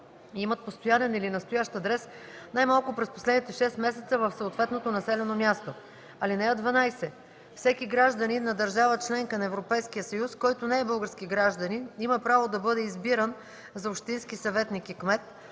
имат постоянен или настоящ адрес най-малко през последните шест месеца в съответното населено място. (12) Всеки гражданин на държава – членка на Европейския съюз, който не е български гражданин, има право да бъде избиран за общински съветник и